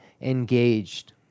engaged